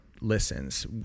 listens